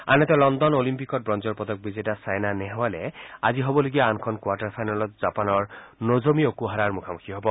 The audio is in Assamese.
আনহাতে লণ্ডন অলিম্পিকত ব্ৰঞ্জৰ পদক বিজেতা ছাইনা নেহৱালে আজি হ'বলগীয়া আনখন কোৱাৰ্টাৰ ফাইনেলত জাপানৰ নজমি অকুহাৰাৰ মুখামুখি হ'ব